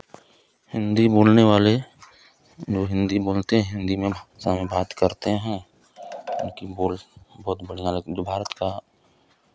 हिन्दी बोलने वाले जो हिन्दी बोलते हैं हिन्दी भाषा में बात करते हैं उनको बोल बहुत बढ़ियाँ लग भारत का